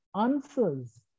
answers